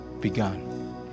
begun